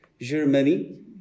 Germany